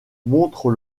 montre